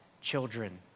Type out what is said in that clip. children